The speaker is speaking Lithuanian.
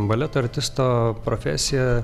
baleto artisto profesija